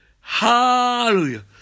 Hallelujah